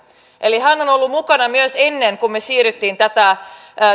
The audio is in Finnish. eli hän on ollut mukana myös ennen kuin me siirryimme